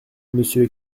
monsieur